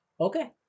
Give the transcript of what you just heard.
Okay